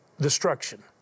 destruction